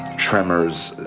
tremors,